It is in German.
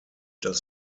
das